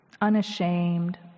unashamed